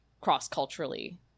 cross-culturally